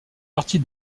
partie